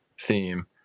theme